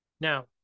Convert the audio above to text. Now